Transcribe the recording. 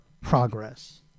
progress